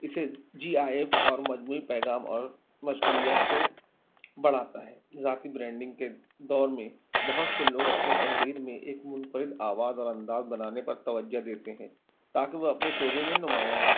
اسے G I F اور مجموعی پیغام اور مشغولیات کو بڑھاتا ہے ذاتی برانڈنگ کے دور میں بہت سے لوگ اپنی تحریر میں ایک منفرد آواز اور انداز بنانے پر توجہ دیتے ہیں تاکہ وہ اپنے شعبے میں نمایاں ہوں